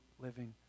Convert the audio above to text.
living